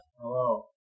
Hello